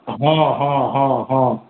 हॅं हॅं हॅं हॅं